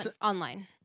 online